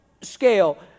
scale